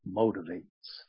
motivates